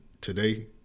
today